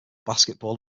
basketball